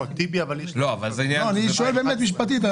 לא, טיבי --- לא, אני שואל באמת משפטית.